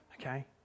okay